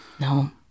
no